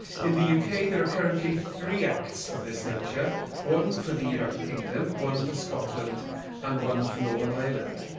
in the yeah uk, there are currently three acts of this nature one for the united kingdom, one for scotland and one for northern ireland.